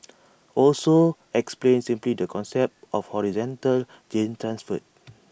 also explained simply the concept of horizontal gene transfer